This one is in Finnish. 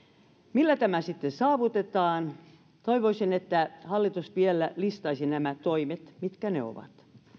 millä tämä sitten saavutetaan toivoisin että hallitus vielä listaisi nämä toimet mitkä ne ovat